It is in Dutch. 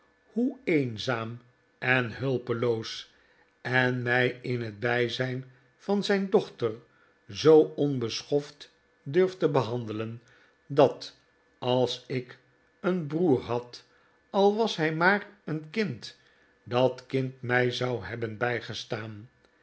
hoe eenzaam en hulpeloos en mij in het bijzijn van zijn dochter zoo onbeschoft durft te behandelen dat als ik een broer had al was hij maar een kind dat kind mij zou hebben bijgestaan